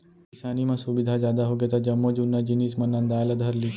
किसानी म सुबिधा जादा होगे त जम्मो जुन्ना जिनिस मन नंदाय ला धर लिस